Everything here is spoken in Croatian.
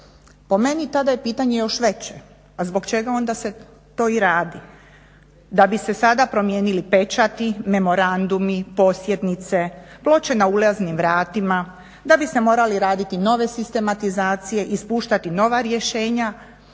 Po meni tada je pitanje još veće a zbog čega onda se to i radi. Da bi se sada promijenili pečati, memorandumi, posjetnice, ploče na ulaznim vratima, da bi se morale raditi nove sistematizacije, ispuštati nova rješenja